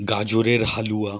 গাজরের হালুয়া